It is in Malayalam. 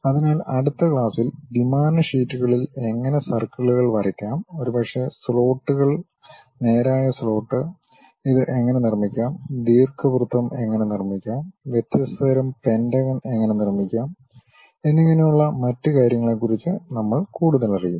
അതിനാൽ അടുത്ത ക്ലാസ്സിൽ ദ്വിമാന ഷീറ്റുകളിൽ എങ്ങനെ സർക്കിളുകൾ വരയ്ക്കാം ഒരുപക്ഷേ സ്ലോട്ടുകൾ നേരായ സ്ലോട്ട് ഇത് എങ്ങനെ നിർമ്മിക്കാം ദീർഘവൃത്തം എങ്ങനെ നിർമ്മിക്കാം വ്യത്യസ്ത തരം പെന്റഗൺ എങ്ങനെ നിർമ്മിക്കാം എന്നിങ്ങനെയുള്ള മറ്റ് കാര്യങ്ങളെക്കുറിച്ച് നമ്മൾ കൂടുതലറിയും